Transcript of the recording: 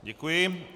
Děkuji.